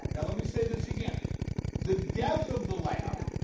now let me say this again the death of the lamb, yeah.